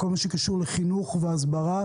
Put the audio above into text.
כל מה שקשור לחינוך והסברה.